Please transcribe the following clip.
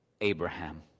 Abraham